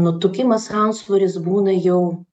nutukimas antsvoris būna jau